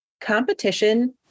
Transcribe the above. competition